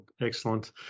Excellent